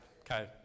Okay